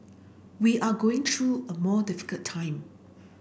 we are going through a more difficult time